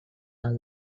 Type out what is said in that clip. all